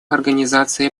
организации